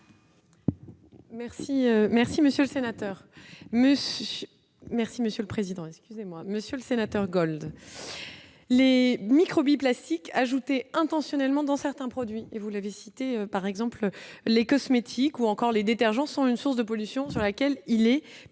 merci, monsieur le sénateur, mais si merci monsieur le président, excusez-moi, monsieur le sénateur Gold. Les microbes billes plastiques ajoutée intentionnellement dans certains produits, et vous l'avez cité par exemple les cosmétiques ou encore les détergents sont une source de pollution sur laquelle il est